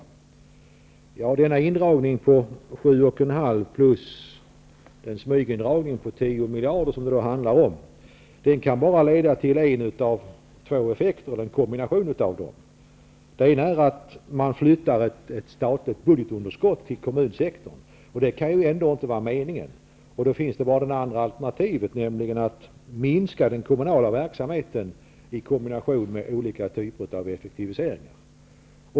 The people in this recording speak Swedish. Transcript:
Kombinationen av indragningen på 7,5 miljarder plus den smygindragning på 10 miljarder som det nu handlar om, kan bara leda till en av två effekter. Den ena är att man flyttar ett statligt budgetunderskott till kommunsektorn, och det kan ändå inte vara meningen. Då finns det bara kvar det andra alternativet, nämligen att minska den kommunala verksamheten i kombination med olika typer av effektiviseringar.